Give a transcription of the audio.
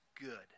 good